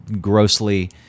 grossly